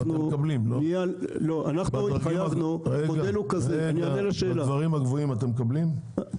מי